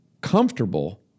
comfortable